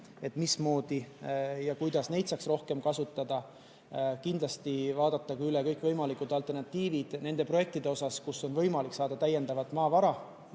et mismoodi ja kuidas neid saaks rohkem kasutada. Kindlasti tuleks vaadata üle kõikvõimalikud alternatiivid nende projektide puhul, et kust on võimalik saada täiendavat maavara.